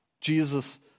Jesus